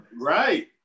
Right